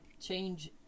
change